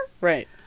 Right